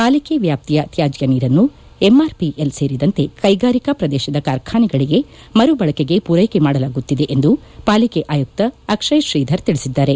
ಪಾಲಿಕೆ ವ್ಯಾಪ್ತಿಯ ತ್ಯಾಜ್ಯ ನೀರನ್ನು ಎಂಆರ್ವಿಎಲ್ ಸೇರಿದಂತೆ ಕೈಗಾರಿಕಾ ಪ್ರದೇಶದ ಕಾರ್ಖಾನೆಗಳಿಗೆ ಮರು ಬಳಕೆಗೆ ಪೂರೈಕೆ ಮಾಡಲಾಗುತ್ತಿದೆ ಎಂದು ಪಾಲಿಕೆ ಆಯುಕ್ತ ಅಕ್ಷಯ್ ಶ್ರೀಧರ್ ತಿಳಿಸಿದ್ದಾರೆ